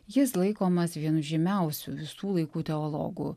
jis laikomas vienu žymiausių visų laikų teologų